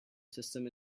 system